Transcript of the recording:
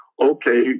okay